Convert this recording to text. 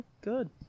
good